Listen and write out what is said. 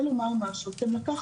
היכולת לממש אותו תהיה